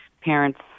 parents